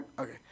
Okay